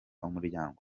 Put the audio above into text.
umuryango